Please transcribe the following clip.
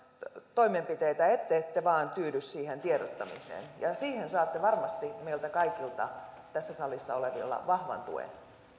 toimenpiteitä ettette vain tyydy siihen tiedottamiseen siihen saatte varmasti meiltä kaikilta tässä salissa olevilta vahvan tuen